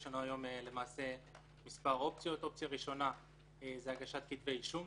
למעשה מספר אופציות: אופציה ראשונה זה הגשת כתבי אישום,